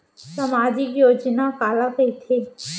सामाजिक योजना काला कहिथे?